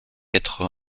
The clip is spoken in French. quatre